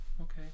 okay